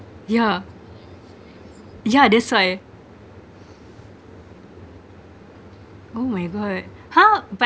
yeah yeah that's why oh my god !huh! but